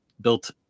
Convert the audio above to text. built